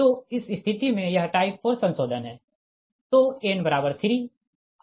तो इस स्थिति में यह टाइप 4 संशोधन है